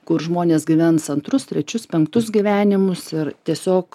kur žmonės gyvens antrus trečius penktus gyvenimus ir tiesiog